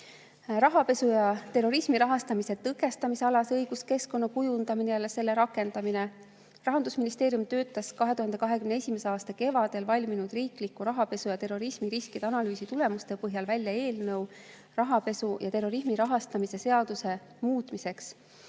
Rahapesu ja terrorismi rahastamise tõkestamise alase õiguskeskkonna kujundamine ja selle rakendamine. Rahandusministeerium töötas 2021. aasta kevadel valminud riikliku rahapesu ja terrorismi [tõkestamise] riskianalüüsi tulemuste põhjal välja eelnõu rahapesu ja terrorismi rahastamise [tõkestamise]